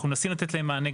אנחנו מנסים לתת להם מענה,